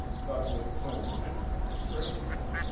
but with no intention of disgracing them.